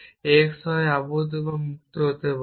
x হয় আবদ্ধ বা মুক্ত হতে পারে